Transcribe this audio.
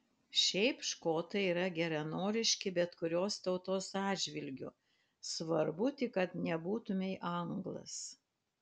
šiaip škotai yra geranoriški bet kurios tautos atžvilgiu svarbu tik kad nebūtumei anglas